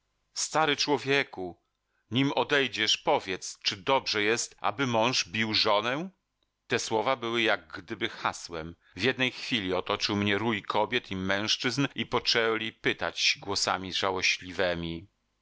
stary człowieku nim odejdziesz powiedz czy dobrze jest aby mąż bił żonę te słowa były jak gdyby hasłem w jednej chwili otoczył mnie rój kobiet i mężczyzn i poczęli pytać głosami